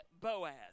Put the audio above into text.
Boaz